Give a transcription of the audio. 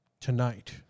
Tonight